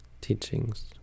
teachings